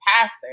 pastor